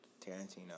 Tarantino